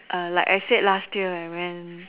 err like I said last year I went